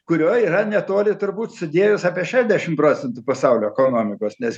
kurioj yra netoli turbūt sudėjus apie šedešim procentų pasaulio ekonomikos nes